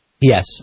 yes